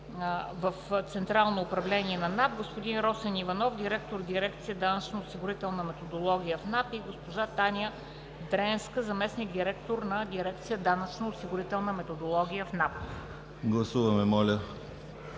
в Централно управление на НАП, господин Росен Иванов – директор в Дирекция „Данъчно осигурителна методология“ в НАП и госпожа Таня Дренска – заместник-директор на Дирекция „Данъчно осигурителна методология в НАП“.